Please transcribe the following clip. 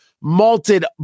malted